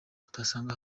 utasanga